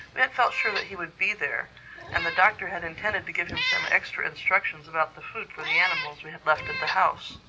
we had felt sure that he would be there and the doctor had intended to give him some extra instructions about the food for the animals we had left at the house.